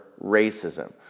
racism